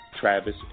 Travis